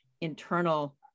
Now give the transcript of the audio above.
internal